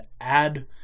add